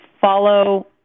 follow